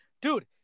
Dude